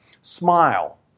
Smile